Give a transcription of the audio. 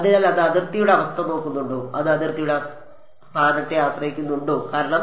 അതിനാൽ അത് അതിർത്തിയുടെ അവസ്ഥ നോക്കുന്നുണ്ടോ അത് അതിർത്തിയുടെ സ്ഥാനത്തെ ആശ്രയിച്ചിരിക്കുന്നുണ്ടോ കാരണം